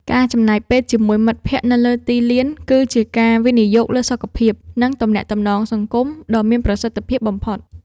ការចំណាយពេលជាមួយមិត្តភក្តិនៅលើទីលាន គឺជាការវិនិយោគលើសុខភាព និងទំនាក់ទំនងសង្គមដ៏មានប្រសិទ្ធភាពបំផុត។